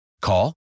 Call